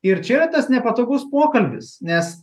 ir čia yra tas nepatogus pokalbis nes